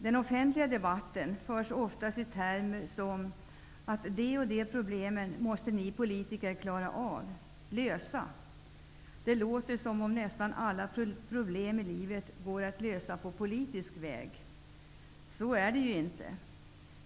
Den offentliga debatten förs ofta i termer av ''att de och de problemen måste ni politiker klara av -- lösa''. Det låter som om nästan alla problem i livet går att lösa på politisk väg. Så är det ju inte.